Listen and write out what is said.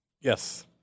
yes